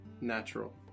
natural